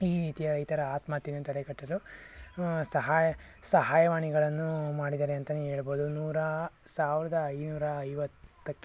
ಈ ರೀತಿಯ ರೈತರ ಆತ್ಮಹತ್ಯೆಯನ್ನು ತಡೆಗಟ್ಟಲು ಸಹಾಯ ಸಹಾಯವಾಣಿಗಳನ್ನು ಮಾಡಿದ್ದಾರೆ ಅಂತಲೇ ಹೇಳ್ಬೋದು ನೂರಾ ಸಾವಿರದ ಐನೂರ ಐವತ್ತಕ್ಕೆ